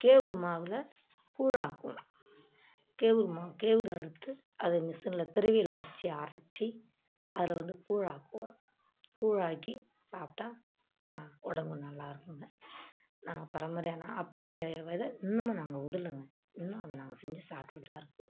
கேவுரு மாவில் கூழ் ஆக்குவோம் கேவுரு மாவு கேவுரு அறுத்து அதை மிஷினில் திருவியில் வெச்சு அரச்சு அதில் வந்து கூழ் ஆக்குவோம் கூழாக்கி சாப்பிட்டா ந உடம்பு நல்லாயிருக்குங்க நாங்கள் பரம்பரையாக நா அப்போயே வெத இன்னமும் நாங்கள் விடுலங்க இன்னும் அதை நாங்கலள் செஞ்சு சாப்பிட்டுக்கிட்டு தான் இருக்கோம்